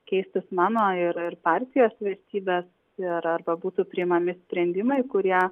keistis mano ir ir partijos vertybės ir arba būtų priimami sprendimai kurie